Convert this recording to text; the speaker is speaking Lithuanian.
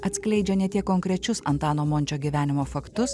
atskleidžia ne tiek konkrečius antano mončio gyvenimo faktus